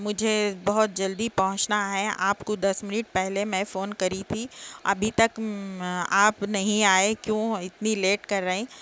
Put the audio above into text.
مجھے بہت جلدی پہنچنا ہے آپ کو دس منٹ پہلے میں فون کری تھی ابھی تک آپ نہیں آئے کیوں اتنی لیٹ کر رہے ہیں